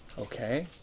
okay,